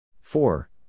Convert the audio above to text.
four